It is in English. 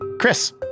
Chris